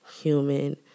human